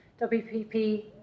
WPP